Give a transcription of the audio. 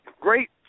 great